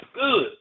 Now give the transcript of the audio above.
good